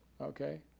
Okay